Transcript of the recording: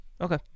Okay